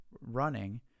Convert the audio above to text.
running